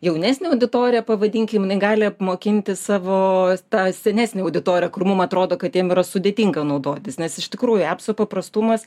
jaunesnė auditorija pavadinkim jinai gali apmokinti savo tą senesnę auditoriją kur mum atrodo kad jiem yra sudėtinga naudotis nes iš tikrųjų apso paprastumas